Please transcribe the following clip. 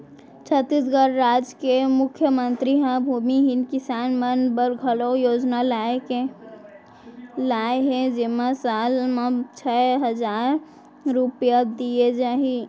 छत्तीसगढ़ राज के मुख्यमंतरी ह भूमिहीन किसान मन बर घलौ योजना लाए हे जेमा साल म छै हजार रूपिया दिये जाही